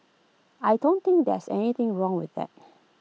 I don't think there's anything wrong with that